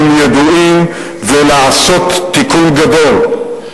הם ידועים, ולעשות תיקון גדול.